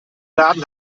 laden